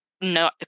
no